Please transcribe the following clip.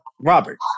Robert